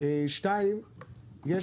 זה